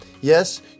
Yes